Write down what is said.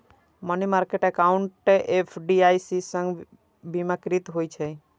money market account FDIC सं बीमाकृत होइ छै